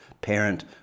parent